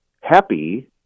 happy